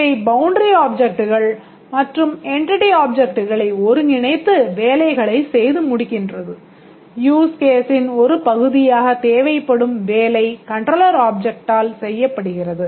எனவே அப்ளிகேஷன் ஒரு பகுதியாக தேவைப்படும் வேலை கன்ட்ரோலர் ஆப்ஜெக்ட்டால் செய்யப்படுகிறது